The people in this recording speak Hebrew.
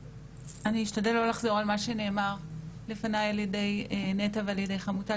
אני אשתדל לא לחזור על מה שנאמר לפניי על ידי נטע ועל ידי חמוטל,